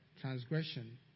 transgression